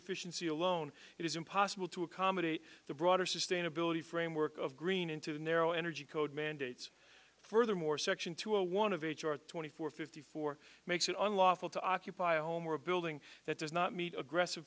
efficiency alone it is impossible to accommodate the broader sustainability framework of green into narrow energy code mandates furthermore section two a one of h r twenty four fifty four makes it unlawful to occupy a home or a building that does not meet aggressive